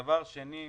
דבר שני,